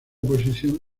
posición